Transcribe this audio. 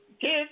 kids